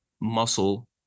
muscle